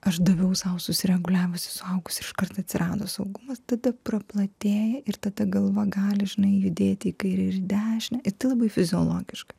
aš daviau sau susireguliavusi suaugus iškart atsirado saugumas tada praplatėja ir tada galva gali žinai judėti į kairę ir dešinę ir tai labai fiziologiška